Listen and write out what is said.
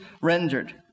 rendered